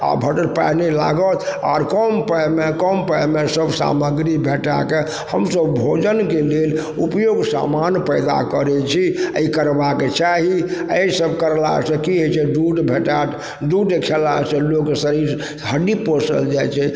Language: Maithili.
आओर बड्ड पाइ नहि लागत आओर कम पाइमे कम पाइमे सब सामग्री भेटाके हमसब भोजनके लेल उपयोग सामान पैदा करै छी आओर ई करबाके चाही ईसब करलासँ की होइ छै दूध भेटत दूध खेलासँ लोक शरीर हड्डी पोसल जाइ छै